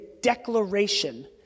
declaration